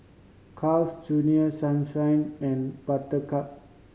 Carl's Junior Sunshine and Buttercup